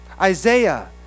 Isaiah